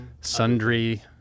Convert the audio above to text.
Sundry